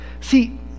See